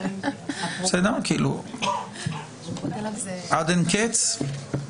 זה עד אין קץ?